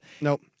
Nope